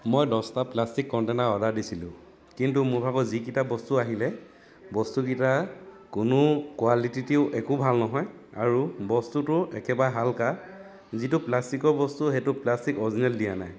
মই দহটা plastic container order দিছিলোঁ কিন্তু মোৰ ভাগৰ যিকেইটা বস্তু আহিলে বস্তুকেইটাৰ কোনো কোৱালিটিটিও একো ভাল নহয় আৰু বস্তুটো একেবাৰে হালকা যিটো প্লাষ্টিকৰ বস্তু সেইটো প্লাষ্টিক অৰ্জিনেল দিয়া নাই